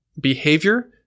behavior